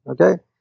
okay